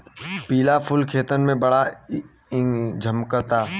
पिला फूल खेतन में बड़ झम्कता